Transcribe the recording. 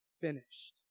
finished